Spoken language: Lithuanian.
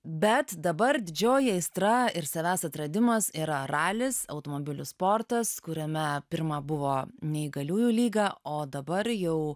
bet dabar didžioji aistra ir savęs atradimas yra ralis automobilių sportas kuriame pirma buvo neįgaliųjų lyga o dabar jau